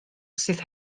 sydd